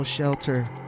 Shelter